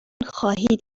خواهید